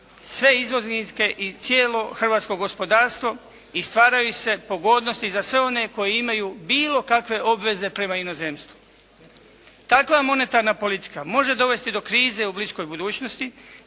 sve izvoznike i cijelo hrvatsko gospodarstvo i stvaraju se pogodnosti za sve one koji imaju bilo kakve obveze prema inozemstvu. Takva monetarna politika može dovesti do krize u bliskoj budućnosti